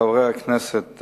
חברי הכנסת,